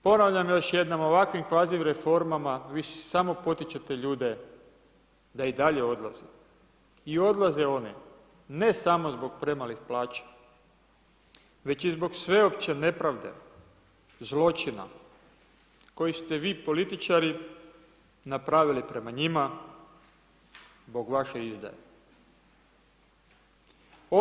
Ponavljam još jednom, ovakvim kvazi reformama vi samo potičete ljude da i dalje odlaze i odlaze oni, ne samo zbog premalih plaća, već i zbog sveopće nepravde, zločina, koji ste vi političari napravili prema njima zbog vaše izdaje.